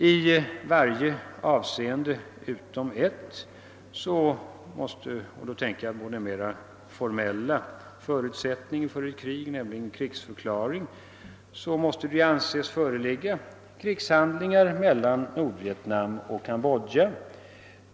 I varje avseende utom ett — jag tänker då på den mera formella förutsättningen för ett krig, nämligen en krigsförklaring — måste ett krig anses pågå mellan Nordvietnam och Kambodja.